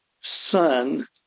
son